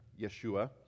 yeshua